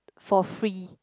for free